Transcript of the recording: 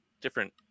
different